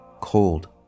Cold